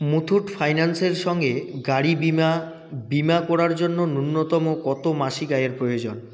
মুথুট ফাইন্যান্সের সঙ্গে গাড়ি বিমা বিমা করার জন্য নূন্যতম কতো মাসিক আয়ের প্রয়োজন